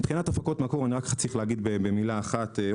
מבחינת הפקות מקור אני צריך להגיד במילה אחת: